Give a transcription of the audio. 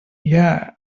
yeah